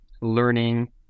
learning